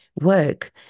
work